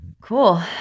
Cool